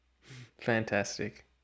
Fantastic